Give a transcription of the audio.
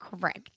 Correct